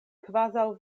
kvazaŭ